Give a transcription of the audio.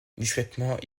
discrètement